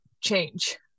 change